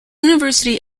university